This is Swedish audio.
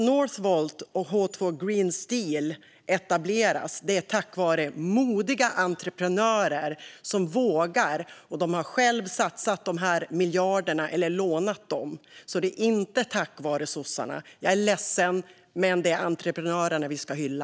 Northvolt och H2 Green Steel etableras tack vare modiga entreprenörer som vågar, och de har själva satsat sina eller lånade miljarder. Det är alltså inte tack vare sossarna. Jag är ledsen, men det är entreprenörerna vi ska hylla.